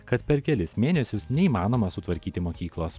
kad per kelis mėnesius neįmanoma sutvarkyti mokyklos